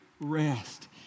Rest